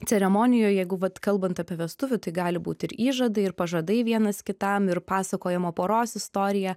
ceremonijoj jeigu vat kalbant apie vestuvių tai gali būt ir įžadai ir pažadai vienas kitam ir pasakojama poros istorija